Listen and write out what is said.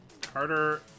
carter